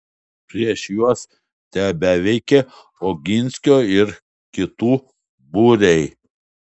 prieš juos tebeveikė oginskio ir kitų būriai